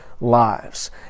lives